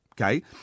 okay